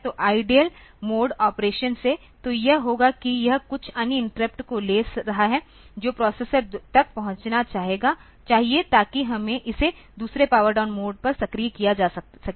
तो idle mode operation से तो यह होगा कि यह कुछ अन्य इंटरप्ट को ले रहा है जो प्रोसेसर तक पहुंचना चाहिए ताकि इसे दूसरे पावर डाउन मोड पर सक्रिय किया जा सके